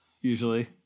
usually